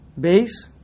Base